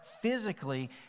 physically